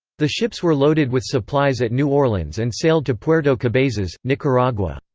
the ships were loaded with supplies at new orleans and sailed to puerto cabezas, nicaragua.